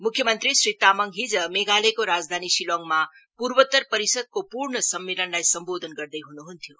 मुख्यमंत्री श्री तामङ हिज मेघालयको राजधानी शिलाङमा पूर्वोत्तर परिषहको पूर्ण सम्मेलनलाई सम्बोधन गर्दै हुनुहुन्थ्यो